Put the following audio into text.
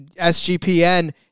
SGPN